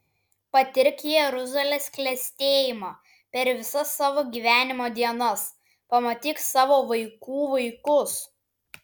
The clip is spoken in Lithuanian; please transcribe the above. patirk jeruzalės klestėjimą per visas savo gyvenimo dienas pamatyk savo vaikų vaikus